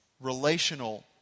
relational